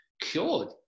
cured